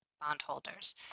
bondholders